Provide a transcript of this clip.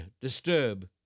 disturb